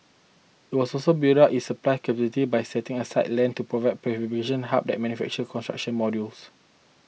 it will also so build up its supply capabilities by setting aside land to build prefabrication hubs that manufacture construction modules